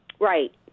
Right